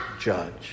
judge